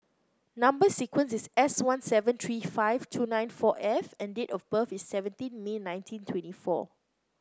number sequence is S one seven three five two nine four F and date of birth is seventeen May nineteen twenty four